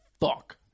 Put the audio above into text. fuck